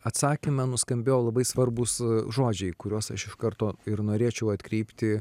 atsakyme nuskambėjo labai svarbūs žodžiai kuriuos aš iš karto ir norėčiau atkreipti